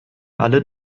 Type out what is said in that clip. alle